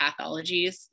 pathologies